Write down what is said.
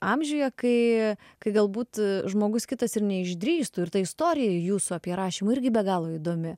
amžiuje kai kai galbūt žmogus kitas ir neišdrįstų ir ta istorija jūsų apie rašymą irgi be galo įdomi